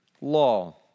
law